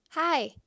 Hi